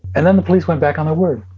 and then the police went back on their word